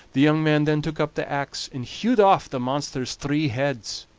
the young man then took up the axe and hewed off the monster's three heads.